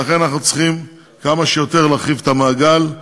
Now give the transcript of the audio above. לכן אנחנו צריכים כמה שיותר להרחיב את המעגל,